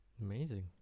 Amazing